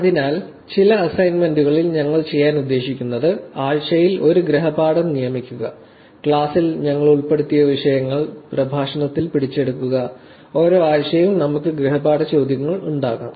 അതിനാൽ ചില അസൈൻമെന്റുകളിൽ ഞങ്ങൾ ചെയ്യാൻ ഉദ്ദേശിക്കുന്നത് ആഴ്ചയിൽ ഒരു ഗൃഹപാഠം നിയമിക്കുക ക്ലാസ്സിൽ ഞങ്ങൾ ഉൾപ്പെടുത്തിയ വിഷയങ്ങൾ പ്രഭാഷണത്തിൽ പിടിച്ചെടുക്കുക ഓരോ ആഴ്ചയും നമുക്ക് ഗൃഹപാഠ ചോദ്യങ്ങൾ ഉണ്ടാകും